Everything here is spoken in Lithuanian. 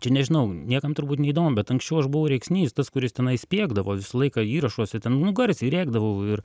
čia nežinau niekam turbūt neįdomu bet anksčiau aš buvau rėksnys tas kuris tenai spiegdavo visą laiką įrašuose ten nu garsiai rėkdavau ir